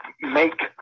make